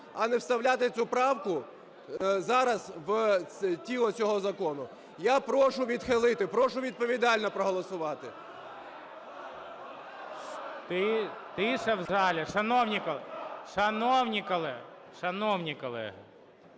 а не вставляти цю правку зараз у тіло цього закону. Я прошу відхилити, прошу відповідально проголосувати. ГОЛОВУЮЧИЙ. Тиша в залі, шановні колеги!